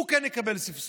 הוא כן יקבל סבסוד.